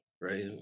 right